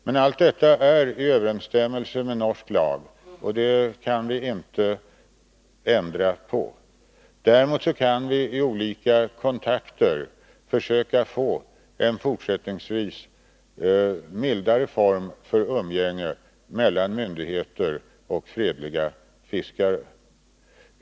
Men allt detta är i överensstämmelse med norsk lag, och det kan vi inte ändra på. Däremot kan vi genom olika kontakter försöka få en fortsättningsvis mildare form för umgänge mellan myndigheter och fredliga fiskare.